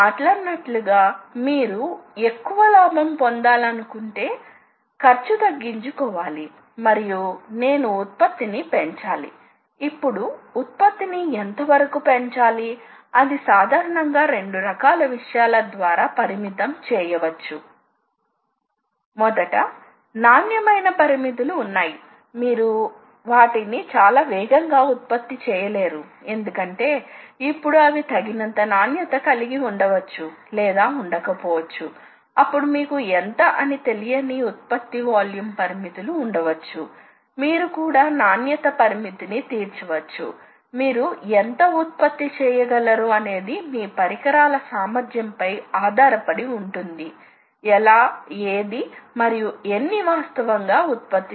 ఇప్పుడు X 300 X 500 300 200 500 నాలుగు coordinate లు అవుతాయి మరియుమళ్ళీ ఇది X200 అవుతుంది ఎందుకంటే ఇది 200 తరువాత చివరకు X ఇప్పుడు అబ్సొల్యూట సిస్టమ్ కు ఎందుకు ప్రాధాన్యత ఇవ్వబడింది ఎందుకంటే మీరు ఈ ప్రదేశాలలో రంధ్రం వేయడానికి ప్రయత్నిస్తున్నారని అనుకుందాం కాబట్టి ఈ స్థానం ఎర్రర్ అయినప్పటికీ అబ్సొల్యూట్ సిస్టమ్ లో అయితే ఈ స్థానంలో ఏ మార్పు ఉండదు కానీ ఇది ఇంక్రిమెంటల్ సిస్టమ్ అయితే ఒకానొక సమయంలో జామెట్రిక్ కోఆర్డినేట్ లు ఒకేలా ఉండకపోతే మిగతా అన్ని జామెట్రిక్ కోఆర్డినేట్ లు ప్రభావితం అయ్యేందుకు అధిక అవకాశం ఉంది